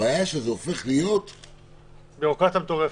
הבעיה שזה הופך להיות -- ביורוקרטיה מטורפת.